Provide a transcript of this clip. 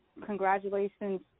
congratulations